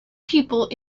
people